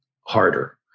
harder